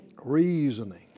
Reasoning